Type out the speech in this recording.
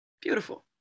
Beautiful